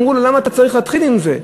אמרו לי: למה אתה צריך להתחיל עם זה?